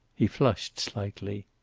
he flushed slightly.